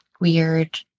weird